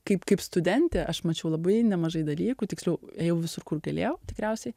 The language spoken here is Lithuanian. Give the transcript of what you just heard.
kaip kaip studentė aš mačiau labai nemažai dalykų tiksliau ėjau visur kur galėjau tikriausiai